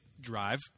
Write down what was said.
drive